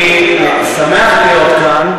אני אומר, אדוני היושב-ראש, אני שמח להיות כאן,